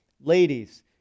ladies